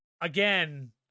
again